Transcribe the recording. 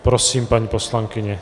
Prosím, paní poslankyně.